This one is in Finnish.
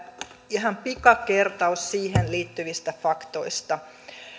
ihan pikakertaus siihen liittyvistä faktoista